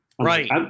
Right